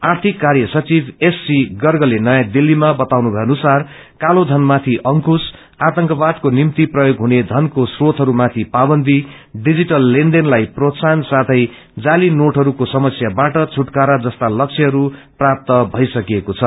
आर्थिक कार्य सचिव एससी गर्गले नयाँ दिल्लीमा क्ताउनु भएअनुसार कालो घनमाथि अंकुञ आतंकवादको निम्ति प्रयोग हुने थनको स्रोतहरूमाथि पावन्दी डिजीटल लेनदेनलाई प्रोत्साहन साथै जाली नोटहरूको समस्याबाट घुटकारा जस्ता सम्यहरू प्राप्त भइसकिएको छ